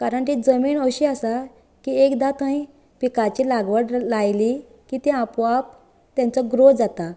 कारण ती जमीण अशी आसा की एकदा थंय पिकाची लागवण लायली की ती आपोआप तांचो ग्रो जाता